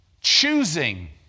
Choosing